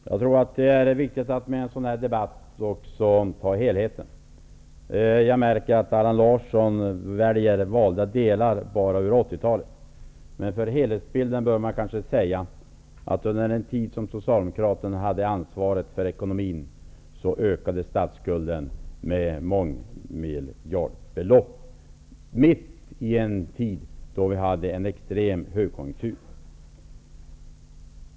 Herr talman! Jag tror att det är viktigt att i en sådan här debatt också ta med helheten. Jag märker att Allan Larsson tar valda delar enbart av 80-talet. Men för att få en helhetsbild bör man kanske säga, att statsskulden under den tid som Socialdemokraterna hade ansvaret för ekonomin ökade med mångmiljardbelopp. Detta skedde mitt i en tid då vi hade en extrem högkonjunktur.